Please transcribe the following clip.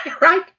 right